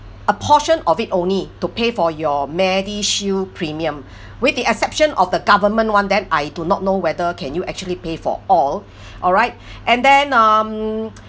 a portion of it only to pay for your medishield premium with the exception of the government one then I do not know whether can you actually pay for all all right and then um